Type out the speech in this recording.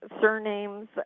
surnames